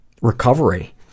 recovery